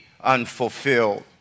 unfulfilled